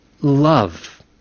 love